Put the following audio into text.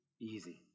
easy